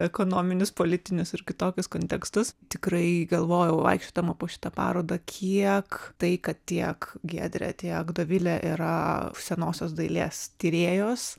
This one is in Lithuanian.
ekonominius politinius ir kitokius kontekstus tikrai galvojau vaikščiodama po šitą parodą kiek tai kad tiek giedrė tiek dovilė yra senosios dailės tyrėjos